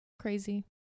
crazy